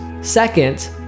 Second